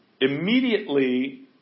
immediately